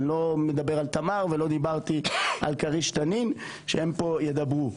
אני לא מדבר על תמר ולא דיברתי על כריש-תנין שהם פה ידברו.